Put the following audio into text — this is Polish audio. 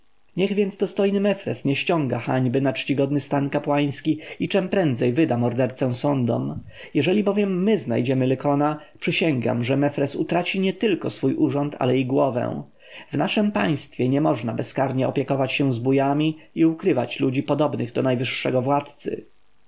niech więc dostojny mefres nie ściąga hańby na czcigodny stan kapłański i czem prędzej wyda mordercę sądom jeżeli bowiem my znajdziemy lykona przysięgam że mefres utraci nietylko swój urząd ale i głowę w naszem państwie nie można bezkarnie opiekować się zbójami i ukrywać ludzi podobnych do najwyższego władcy